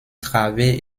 travées